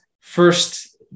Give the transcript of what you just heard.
first